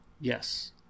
yes